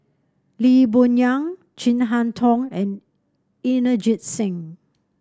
Lee Boon Yang Chin Harn Tong and Inderjit Singh